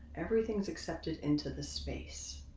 everything's accepted into the space,